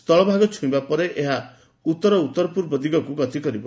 ସ୍ଥଳଭାଗ ଛୁଇଁବା ପରେ ଏହା ଉତ୍ତର ଉତ୍ତରପୂର୍ବ ଦିଗକୁ ଗତି କରିବ